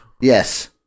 Yes